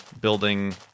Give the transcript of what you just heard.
building